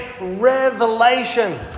revelation